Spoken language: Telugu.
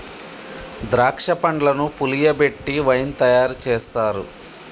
ద్రాక్ష పండ్లను పులియబెట్టి వైన్ తయారు చేస్తారు